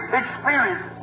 experience